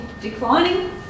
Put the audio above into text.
declining